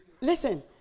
Listen